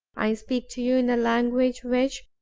i speak to you in a language which,